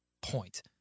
point